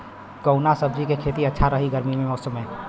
कवना सब्जी के खेती अच्छा रही गर्मी के मौसम में?